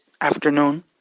afternoon